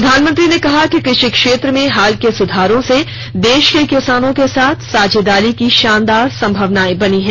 प्रधानमंत्री ने कहा कि कृषि क्षेत्र में हाल के सुधारों से देश के किसानों के साथ साझेदारी की शानदार संभावनाएं बनीं हैं